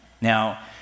Now